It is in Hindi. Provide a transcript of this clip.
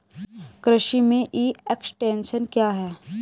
कृषि में ई एक्सटेंशन क्या है?